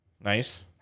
Nice